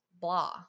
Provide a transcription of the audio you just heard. blah